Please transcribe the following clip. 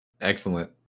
Excellent